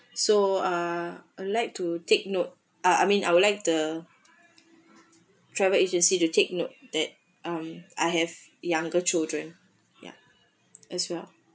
so uh I like to take note I I mean I would like to travel agency to take note that um I have younger children ya as well